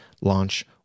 launch